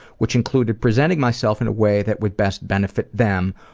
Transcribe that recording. which included presenting myself in a way that would best benefit them,